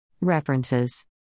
References